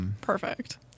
Perfect